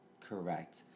correct